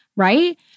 right